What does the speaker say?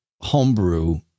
Homebrew